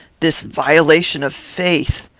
this violation of faith,